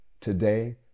Today